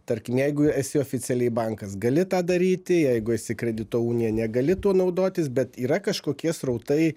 tarkim jeigu esi oficialiai bankas gali tą daryti jeigu esi kredito unija negali tuo naudotis bet yra kažkokie srautai